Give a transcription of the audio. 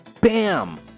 Bam